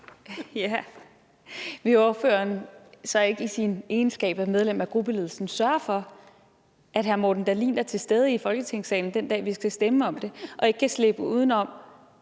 Vil ordføreren så ikke i sin egenskab af medlem af gruppeledelsen sørge for, at hr. Morten Dahlin er til stede i Folketingssalen den dag, vi skal stemme om det, så han ikke kan slippe uden om